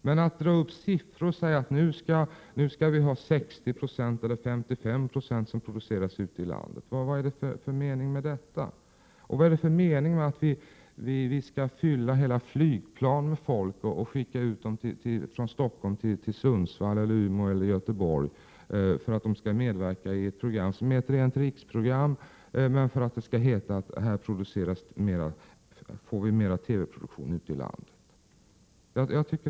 Vad är det för mening med att ta fram siffror och säga att 60 90 eller 55 Zo skall produceras ute i landet? Och vad är det för mening med att fylla hela flygplan med folk från Stockholm och skicka dem till Sundsvall, Umeå eller Göteborg för att medverka i ett program som är ett rent riksprogram, bara för att det skall heta att det görs mer TV-produktion ute i landet?